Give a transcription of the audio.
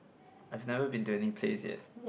I've never been to any place yet